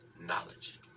knowledge